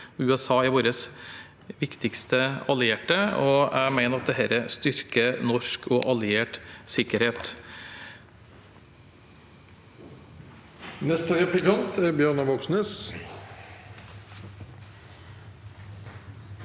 USA er vår viktigste allierte, og jeg mener at dette styrker norsk og alliert sikkerhet.